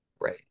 right